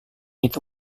itu